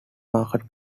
market